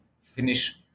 finish